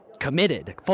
committed